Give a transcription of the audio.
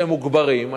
מכיוון שהם מוגברים,